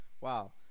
wow